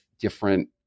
different